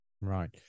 Right